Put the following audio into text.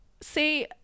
See